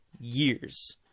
years